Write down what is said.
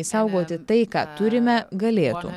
išsaugoti tai ką turime galėtų